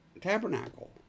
tabernacle